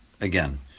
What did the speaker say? again